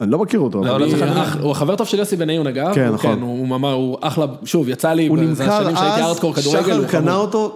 ‫אני לא מכיר אותו, אבל... ‫-הוא החבר הטוב של יוסי בניון אגב. ‫כן, נכון. ‫-כן, הוא אמר, הוא אחלה... ‫שוב, יצא לי... ‫-הוא נמכר אז שחר קנה אותו...